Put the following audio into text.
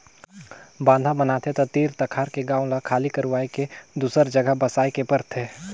बांधा बनाथे त तीर तखार के गांव ल खाली करवाये के दूसर जघा बसाए के परथे